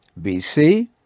bc